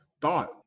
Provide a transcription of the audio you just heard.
thought